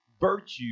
virtue